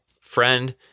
friend